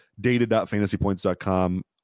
data.fantasypoints.com